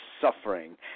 suffering